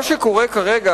מה שקורה כרגע,